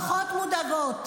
וגם שנהיה אימהות פחות מודאגות.